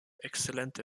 exzellente